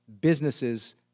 businesses